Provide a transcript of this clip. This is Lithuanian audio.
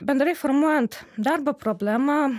bendrai formuojant darbo problemą